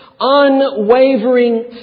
unwavering